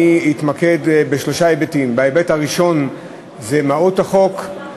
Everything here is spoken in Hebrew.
אני אתמקד בשלושה היבטים: ההיבט הראשון הוא מהות החוק,